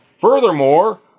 furthermore